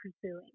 pursuing